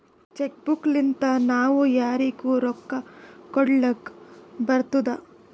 check book ಲಿಂತಾ ನಾವೂ ಯಾರಿಗ್ನು ರೊಕ್ಕಾ ಕೊಡ್ಲಾಕ್ ಬರ್ತುದ್